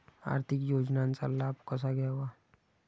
आर्थिक योजनांचा लाभ कसा घ्यावा?